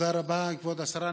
תודה רבה, כבוד השרה.